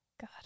god